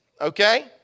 okay